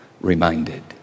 reminded